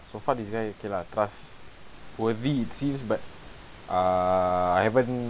so far okay lah trust worthy it seems but err I haven't